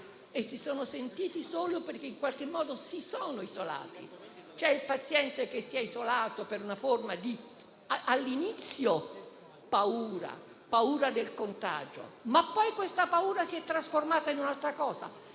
e si sono sentiti soli perché, in qualche modo, si sono isolati. C'è il paziente che si è isolato, all'inizio, per una forma di paura del contagio. Poi, però, questa paura si è trasformata in un'altra cosa,